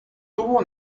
tuvo